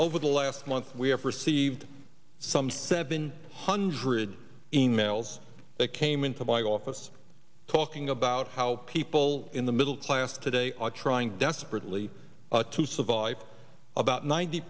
over the last month we have received some seven hundred e mails that came into my office talking about how people in the middle class today are trying desperately to survive about ninety